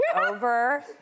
over